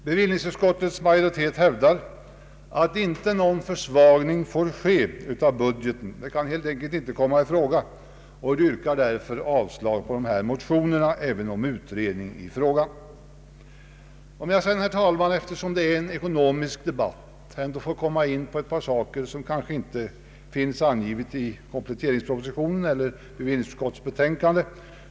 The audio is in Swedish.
Bevillningsutskottets majoritet hävdar att någon försvagning av budgeten inte får komma i fråga och yrkar därför av Låt mig sedan, herr talman, eftersom detta är en ekonomisk debatt, ta upp ett par saker som inte finns angivna i kompletteringspropositionen eller i bevillningsutskottets betänkande.